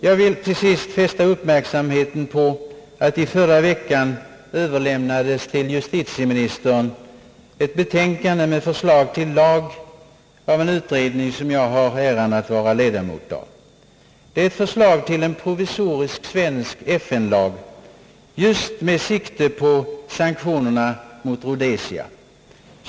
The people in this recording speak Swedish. Jag vill till slut fästa uppmärksamheten på att i förra veckan överlämnades till justitieministern ett betänkande med förslag till lag av en utredning, som jag har äran vara ledamot i. Det är förslag till provisorisk svensk FN-lag just med sikte på sanktionerna mot Rhodesia.